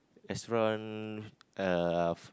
restaurant uh